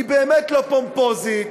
היא באמת לא פומפוזית,